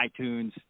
iTunes